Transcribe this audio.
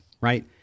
right